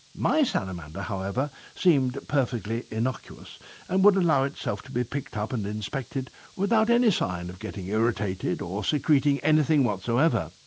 my salamander however seemed perfectly innocuous and would allow itself to be picked up and inspected without any sign of getting irritated or secreting anything whatsoever.